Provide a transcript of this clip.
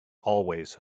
always